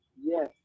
yes